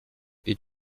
est